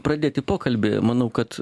pradėti pokalbį manau kad